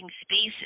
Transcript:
spaces